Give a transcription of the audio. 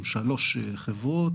עם שלוש חברות,